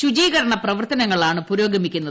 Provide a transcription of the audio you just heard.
ശുചീകരണ പ്രവർത്തനങ്ങളാണ് പുരോഗമിക്കുന്നത്